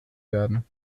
werden